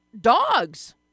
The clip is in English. dogs